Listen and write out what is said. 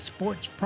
Sports